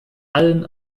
allen